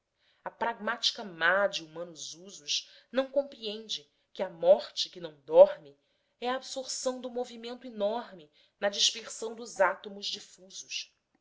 a pragmática má de humanos usos não compreende que a morte que não dorme é a absorção do movimento enorme na dispersão dos átomos difusos